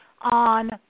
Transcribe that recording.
on